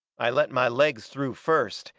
i let my legs through first,